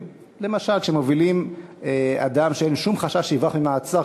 למשל כשמובילים אדם כשהוא כבול כשאין שום חשש שיברח ממעצר.